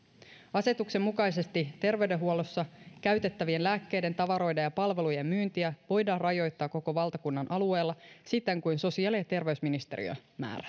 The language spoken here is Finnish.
asetuksen mukaisesti terveydenhuollossa käytettävien lääkkeiden tavaroiden ja palvelujen myyntiä voidaan rajoittaa koko valtakunnan alueella siten kuin sosiaali ja terveysministeriö määrää